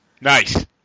Nice